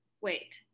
wait